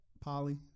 Polly